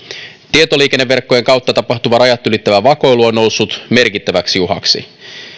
tietoliikenneverkkojen kautta tapahtuva rajat ylittävä vakoilu on noussut merkittäväksi uhaksi